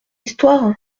histoire